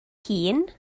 hŷn